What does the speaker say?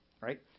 right